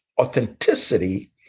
Authenticity